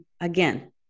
again